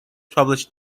published